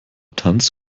tanz